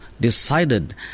decided